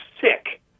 sick